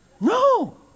No